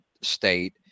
state